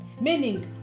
meaning